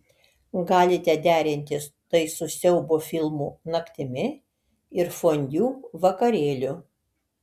galite derinti tai su siaubo filmų naktimi ir fondiu vakarėliu